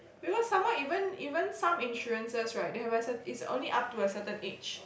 because some more even even some insurances right they have a certain it's only up to a certain age